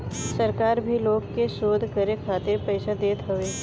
सरकार भी लोग के शोध करे खातिर पईसा देत हवे